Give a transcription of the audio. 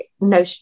no